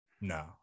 No